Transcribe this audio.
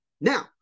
Now